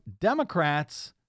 Democrats—